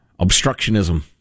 Obstructionism